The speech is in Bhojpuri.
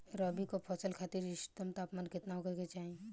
रबी क फसल खातिर इष्टतम तापमान केतना होखे के चाही?